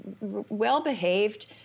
well-behaved